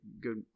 good